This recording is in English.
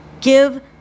Give